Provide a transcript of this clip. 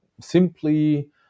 simply